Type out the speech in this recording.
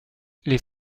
les